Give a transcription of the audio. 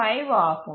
5 ஆகும்